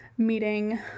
meeting